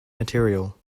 material